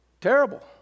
Terrible